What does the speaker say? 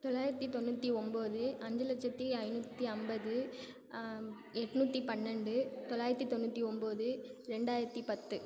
தொளாயிரத்து தொண்ணூற்றி ஒம்பது அஞ்சு லட்சத்து ஐநூற்றி ஐம்பது எட்நூற்றி பன்னெண்டு தொளாயிரத்து தொண்ணூற்றி ஒம்பது ரெண்டாயிரத்து பத்து